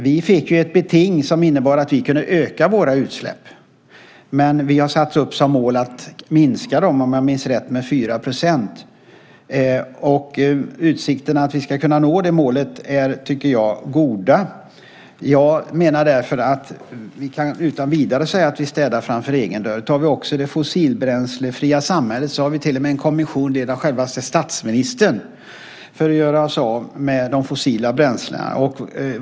Vi fick ett beting som innebar att vi kunde öka våra utsläpp, men vi har satt upp som mål att minska dem med - om jag minns rätt - 4 %. Utsikterna att vi ska kunna nå det målet är goda. Jag menar därför att vi utan vidare kan säga att vi städar framför egen dörr. Tar vi det fossilbränslefria samhället har vi till och med en kommission ledd av självaste statsministern för att göra oss av med de fossila bränslena.